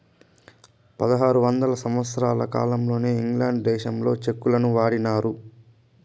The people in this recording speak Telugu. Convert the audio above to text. పదహారు వందల సంవత్సరాల కాలంలోనే ఇంగ్లాండ్ దేశంలో చెక్కులను వాడినారు